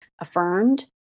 affirmed